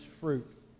fruit